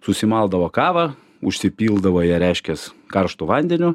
susimaldavo kavą užsipildavo ją reiškias karštu vandeniu